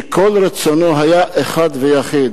שכל רצונו היה אחד ויחיד,